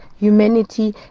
Humanity